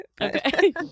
Okay